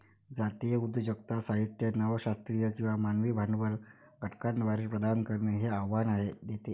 जातीय उद्योजकता साहित्य नव शास्त्रीय किंवा मानवी भांडवल घटकांद्वारे प्रदान करणे हे आव्हान देते